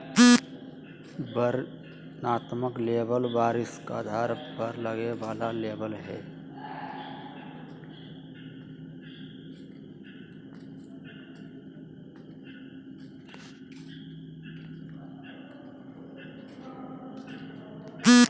वर्णनात्मक लेबल वार्षिक आधार पर लगे वाला लेबल हइ